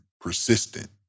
persistent